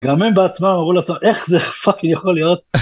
גם הם בעצמם אמרו לעצמם איך זה פאקינג יכול להיות